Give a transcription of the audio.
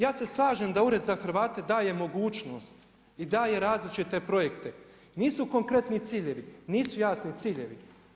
Ja se slažem da ured za Hrvate, daje mogućnost i daje različite projekte, nisu konkretni ciljevi, nisu jasni ciljevi.